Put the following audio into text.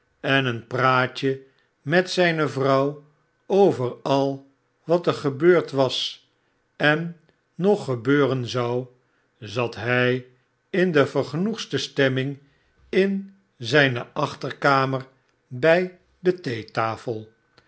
en een praatje met zijne vrouw over al wat er gebeurd was en nog gebeuren zou zat hij in de vergenoegdste stemming in zijne achterkamer bij de